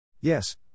Yes